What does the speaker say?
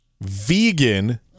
Vegan